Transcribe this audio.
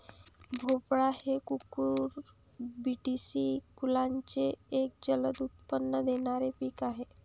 भोपळा हे कुकुरबिटेसी कुलाचे एक जलद उत्पन्न देणारे पीक आहे